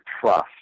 trust